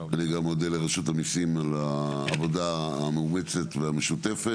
אני גם מודה לרשות המיסים על העבודה המאומצת והמשותפת.